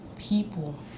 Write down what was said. people